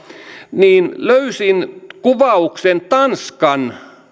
niin löysin kuvauksen tanskan